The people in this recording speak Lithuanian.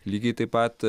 lygiai taip pat